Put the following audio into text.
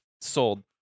sold